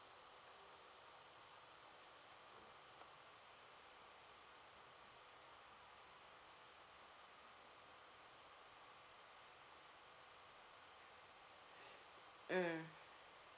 mm